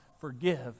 forgive